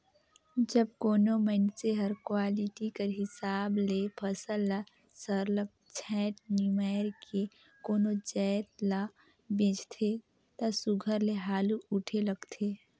जब कोनो मइनसे हर क्वालिटी कर हिसाब ले फसल ल सरलग छांएट निमाएर के कोनो जाएत ल बेंचथे ता सुग्घर ले हालु उठे लगथे